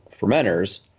fermenters